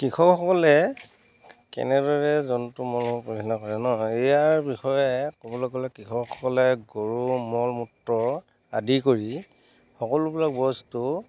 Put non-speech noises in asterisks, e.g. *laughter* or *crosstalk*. কৃষকসকলে কেনেদৰে জন্তু *unintelligible* কৰে ন ইয়াৰ বিষয়ে ক'বলৈ গ'লে কৃষকসকলে গৰুৰ মল মূত্ৰ আদি কৰি সকলোবিলাক বস্তু